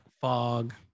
fog